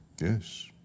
Yes